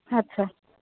আচ্ছা